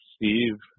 Steve